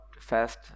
fast